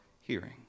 hearing